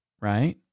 right